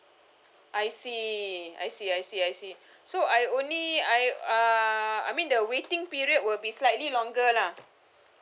I see I see I see I see so I only I uh I mean the waiting period will be slightly longer lah